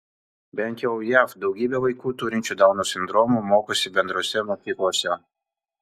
bent jau jav daugybė vaikų turinčių dauno sindromą mokosi bendrose mokyklose